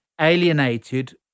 alienated